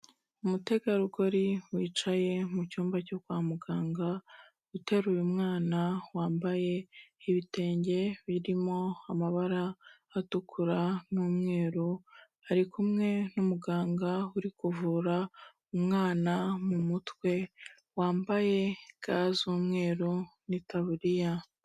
Umutegarugori wicaye mu cyumba cyo kwa muganga, uteruye umwana wambaye ibitenge birimo amabara atukura n'umweru, ari kumwe n'umuganga uri kuvura umwana mu mutwe wambaye ga z'umweru n'itaburiya.